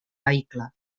vehicle